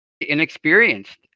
inexperienced